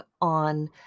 on